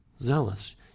Zealous